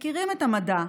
מכירים את המדע,